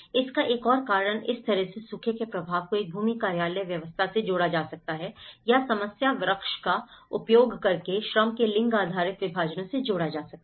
इसका एक और कारण इस तरह से सूखे के प्रभाव को एक भूमि कार्यकाल व्यवस्था से जोड़ा जा सकता है या समस्या वृक्ष का उपयोग करके श्रम के लिंग आधारित विभाजनों से जोड़ा जा सकता है